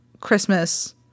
Christmas